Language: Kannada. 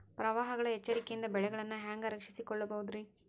ಪ್ರವಾಹಗಳ ಎಚ್ಚರಿಕೆಯಿಂದ ಬೆಳೆಗಳನ್ನ ಹ್ಯಾಂಗ ರಕ್ಷಿಸಿಕೊಳ್ಳಬಹುದುರೇ?